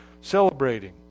Celebrating